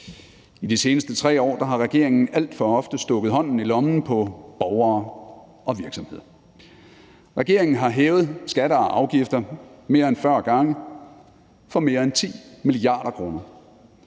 I de seneste 3 år har regeringen alt for ofte stukket hånden i lommen på borgere og virksomheder. Regeringen har hævet skatter og afgifter mere end 40 gange for mere end 10 mia. kr.